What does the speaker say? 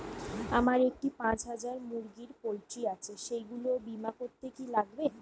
আমার একটি পাঁচ হাজার মুরগির পোলট্রি আছে সেগুলি বীমা করতে কি লাগবে?